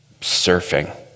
surfing